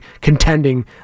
contending